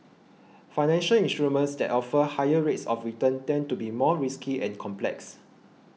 financial instruments that offer higher rates of return tend to be more risky and complex